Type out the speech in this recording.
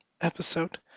episode